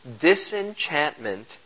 disenchantment